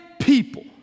people